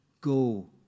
go